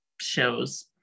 shows